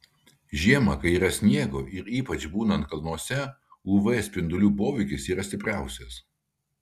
žiemą kai yra sniego ir ypač būnant kalnuose uv spindulių poveikis yra stipriausias